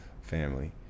Family